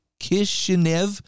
Kishinev